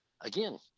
again